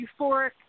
euphoric